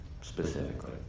specifically